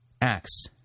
Acts